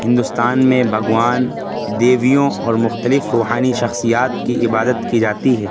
ہندوستان میں بھگوان دیویوں اور مختلف روحانی شخصیات کی عبادت کی جاتی ہے